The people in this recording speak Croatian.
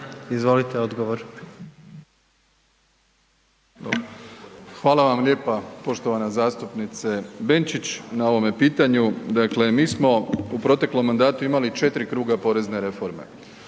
Andrej (HDZ)** Hvala vam lijepa poštovana zastupnice Benčić na ovome pitanju. Dakle mi smo u proteklom mandatu imali 4 kruga porezne reforme.